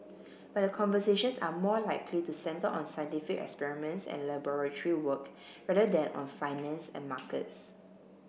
but the conversations are more likely to centre on scientific experiments and laboratory work rather than on finance and markets